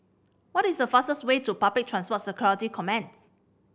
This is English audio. what is the fastest way to Public Transport Security Command